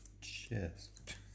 chest